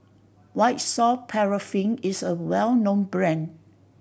White Soft Paraffin is a well known brand